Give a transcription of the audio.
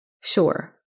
Sure